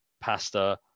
pasta